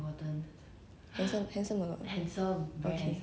extraordinary you isn't that sound like 中国 show